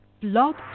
blog